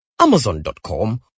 Amazon.com